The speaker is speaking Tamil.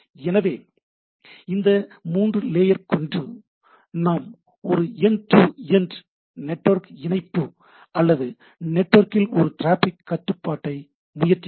எனவே இந்த 3 லேயர் கொண்டு நாம் ஒரு என்ட் டு என்ட் நெட்வொர்க் இணைப்பு அல்லது நெட்வொர்க்கில் ஒரு டிராபிக் கட்டுப்பாட்டை முயற்சித்தோம்